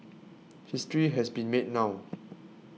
history has been made now